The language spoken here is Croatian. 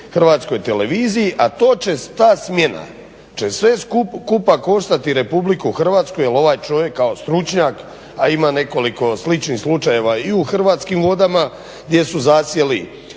Hrvatskoj televiziji, a to će ta smjena sve skupa koštati RH jel ovaj čovjek kao stručnjak a ima nekoliko sličnih slučajeva i u Hrvatskim vodama gdje su zasjeli